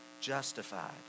justified